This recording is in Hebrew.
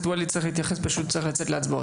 ואליד צריך להתייחס כי הוא צריך לצאת להצבעות.